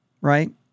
Right